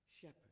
shepherd